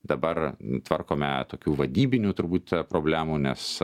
dabar tvarkome tokių vadybinių turbūt problemų nes